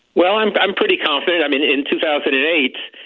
well, i'm i'm pretty confident. i mean, in two thousand and eight,